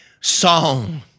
song